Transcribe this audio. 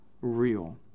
Real